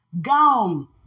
gone